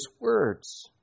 words